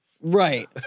right